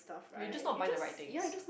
you just not buying the right things